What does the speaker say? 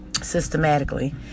systematically